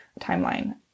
timeline